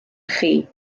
chi